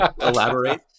Elaborate